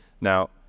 Now